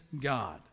God